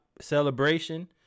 celebration